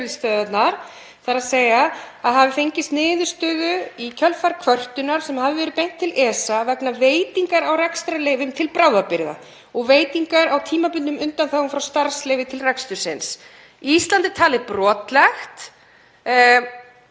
þ.e. að það hafi fengist niðurstöður í kjölfar kvörtunar sem beint hafi verið til ESA vegna veitingar á rekstrarleyfum til bráðabirgða og veitingar á tímabundnum undanþágum frá starfsleyfi til rekstursins. Ísland er talið brotlegt